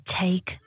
take